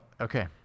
okay